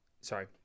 Sorry